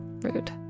rude